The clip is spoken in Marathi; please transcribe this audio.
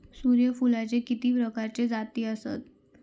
सूर्यफूलाचे किती प्रकारचे जाती आसत?